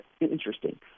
interesting